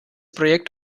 projekt